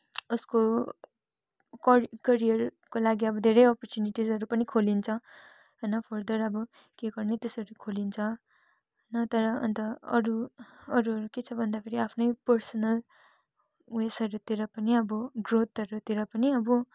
उसको कर करियरको लागि अब धेरै अपरचुनिटीसहरू पनि खोलिन्छ होइन फरदर अब के गर्ने त्यस्तोहरू खोलिन्छ र तर अन्त अरू अरू के छ भन्दाखेरि आफ्नै पर्सनल उयेसहरूतिर पनि अब ग्रोथहरूतिर पनि अब